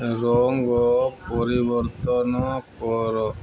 ରଙ୍ଗ ପରିବର୍ତ୍ତନ କର